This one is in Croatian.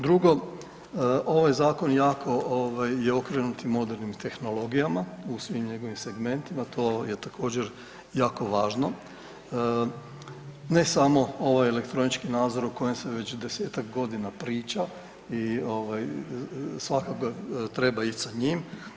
Drugo ovaj zakon jako je okrenut i modernim tehnologijama u svim njegovim segmentima, to je također jako važno ne samo ovaj elektronički nadzor o kojem se već desetak godina priča i svakako treba ići sa njim.